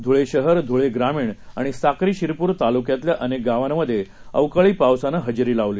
धुळे शहर धुळे ग्रामीण आणि साक्री शिरपूर तालुक्यातल्या अनेक गावांमध्ये अवकाळी पावसानं हजेरी लावली